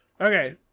Okay